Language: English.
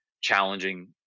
challenging